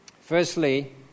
Firstly